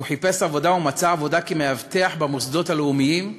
הוא חיפש עבודה ומצא עבודה כמאבטח במוסדות הלאומיים,